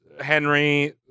Henry